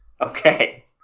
Okay